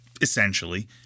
essentially